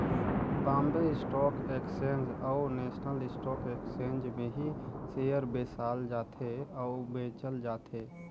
Bombay stock exchange अउ national stock exchange में ही सेयर बेसाल जाथे अउ बेंचल जाथे